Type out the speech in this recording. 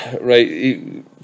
Right